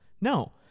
No